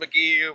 mcgee